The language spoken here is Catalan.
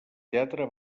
teatre